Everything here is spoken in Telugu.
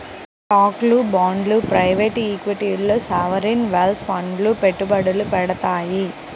స్టాక్లు, బాండ్లు ప్రైవేట్ ఈక్విటీల్లో సావరీన్ వెల్త్ ఫండ్లు పెట్టుబడులు పెడతాయి